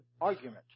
argument